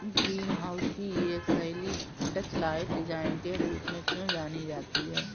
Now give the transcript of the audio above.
Green house की एक शैली डचलाइट डिजाइन के रूप में क्यों जानी जाती है?